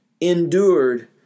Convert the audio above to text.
endured